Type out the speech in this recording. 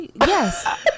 Yes